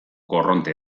korronte